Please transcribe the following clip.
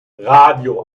radio